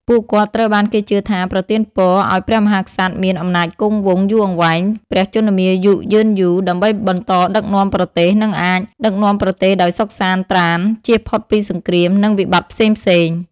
ពួកគាត់ត្រូវបានគេជឿថាប្រទានពរឲ្យព្រះមហាក្សត្រមាន អំណាចគង់វង្ស យូរអង្វែង ព្រះជន្មាយុយឺនយូរ ដើម្បីបន្តដឹកនាំប្រទេស និងអាច ដឹកនាំប្រទេសដោយសុខសាន្តត្រាន្ត ចៀសផុតពីសង្គ្រាម និងវិបត្តិផ្សេងៗ។